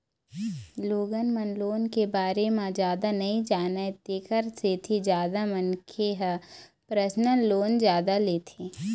लोगन मन लोन के बारे म जादा नइ जानय तेखर सेती जादा मनखे ह परसनल लोन जादा लेथे